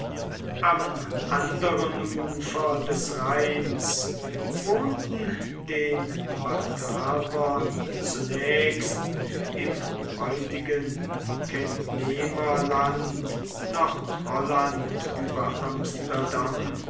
am anderen ufer des rheins wohnten den batavern zunächst im heutigen kennemerland nordholland über amsterdam